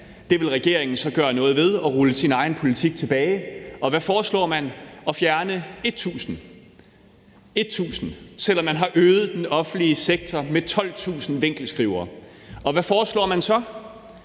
Det vil regeringen så gøre noget ved ved at rulle sin egen politik tilbage, og hvad foreslår man så? Man foreslår at fjerne 1.000, selv om man har øget den offentlige sektor med 12.000 vinkelskrivere. Hvad foreslår man så?